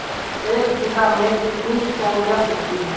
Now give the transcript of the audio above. एक बीघा में कितनी तोरियां उगती हैं?